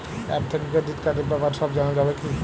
App থেকে credit কার্ডর ব্যাপারে সব জানা যাবে কি?